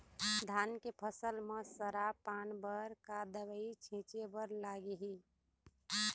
धान के फसल म सरा पान बर का दवई छीचे बर लागिही?